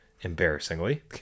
embarrassingly